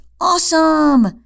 awesome